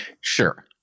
Sure